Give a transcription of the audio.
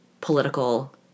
political